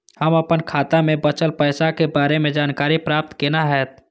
हम अपन खाता में बचल पैसा के बारे में जानकारी प्राप्त केना हैत?